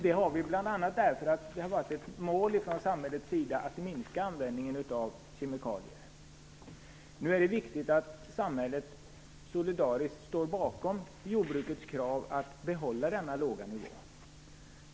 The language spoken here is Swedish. Det har vi bl.a. för att det har varit ett mål från samhällets sida att minska användningen av kemikalier. Nu är det viktigt att samhället solidariskt står bakom jordbrukets krav på att få behålla denna låga nivå.